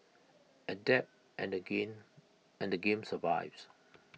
adapt and the gain and the game survives